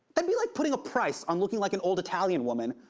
that'd be like putting a price on looking like an old italian woman,